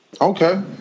Okay